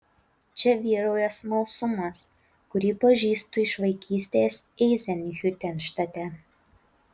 čia vyrauja smalsumas kurį pažįstu iš vaikystės eizenhiutenštate